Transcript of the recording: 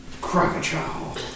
Crocodile